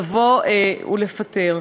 לפטר.